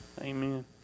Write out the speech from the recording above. Amen